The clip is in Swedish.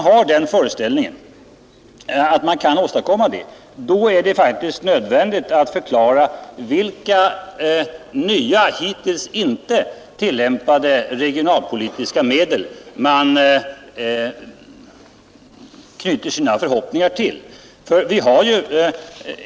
Hävdar man detta, då är det faktiskt nödvändigt att förklara vilka nya hittills inte tillämpade regionalpolitiska medel man knyter sina förhoppningar till.